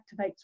activates